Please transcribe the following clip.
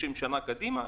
30 שנה קדימה.